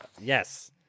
Yes